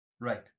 Right